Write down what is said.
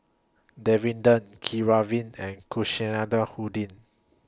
Davinder Keeravani and Kasinadhuni